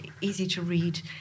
easy-to-read